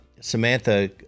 Samantha